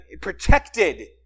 protected